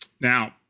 Now